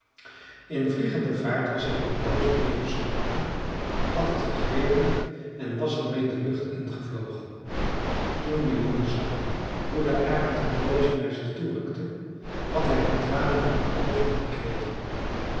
in vliegende vaart was hij op het broodje neergeschoten had het gegrepen en was er mee de lucht ingevlogen toen de jongen zag hoe de arend het broodje naar zich toe rukte had hij de tranen in de oogen gekregen